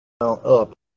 up